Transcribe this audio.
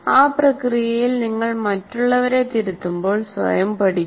ആ പ്രക്രിയയിൽ നിങ്ങൾ മറ്റുള്ളവരെ തിരുത്തുമ്പോൾസ്വയം പഠിക്കും